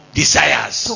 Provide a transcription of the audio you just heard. desires